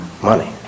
money